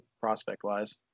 prospect-wise